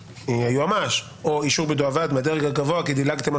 מהיועמ"ש או מהדרג הגבוה כי דילגתם על